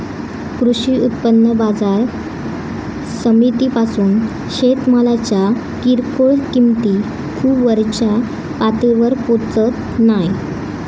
कृषी उत्पन्न बाजार समितीपासून शेतमालाच्या किरकोळ किंमती खूप वरच्या पातळीवर पोचत नाय